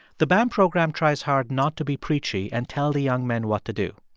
the bam program tries hard not to be preachy and tell the young men what to do.